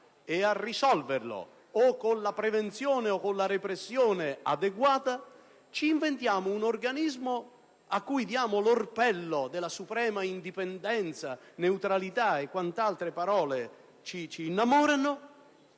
e a risolverlo con la prevenzione o con la repressione adeguata, inventiamo un organismo, a cui diamo l'orpello della suprema indipendenza e neutralità e quant'altre parole di cui ci innamoriamo,